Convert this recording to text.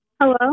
Hello